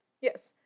Yes